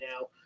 now